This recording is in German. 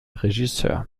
regisseur